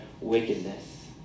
wickedness